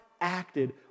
acted